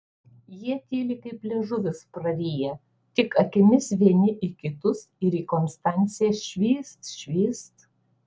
jie tyli kaip liežuvius prariję tik akimis vieni į kitus ir į konstanciją švyst švyst